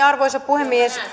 arvoisa puhemies